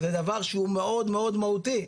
זה דבר שהוא מאוד מאוד מהותי,